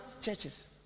churches